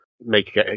make